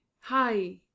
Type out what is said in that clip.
Hi